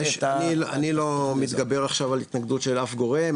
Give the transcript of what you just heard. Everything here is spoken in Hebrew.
אני לא מתגבר עכשיו על התנגדות של אף גורם,